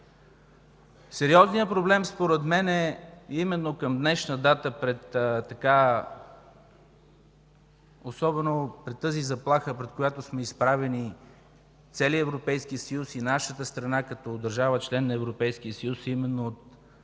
Сериозният проблем според мен е именно към днешна дата, особено пред заплахата, пред която е изправен целият Европейски съюз и нашата страна като държава – член на Европейския съюз, от